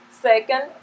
Second